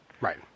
Right